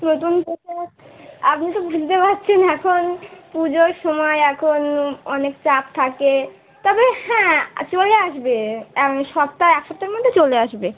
প্রথম কথা আপনি তো বুঝতে পারছেন এখন পুজোর সময় এখন অনেক চাপ থাকে তবে হ্যাঁ চলে আসবে সপ্তাহ এক সপ্তাহর মধ্যে চলে আসবে